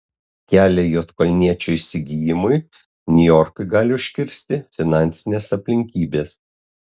kelią juodkalniečio įsigijimui niujorkui gali užkirsti finansinės aplinkybės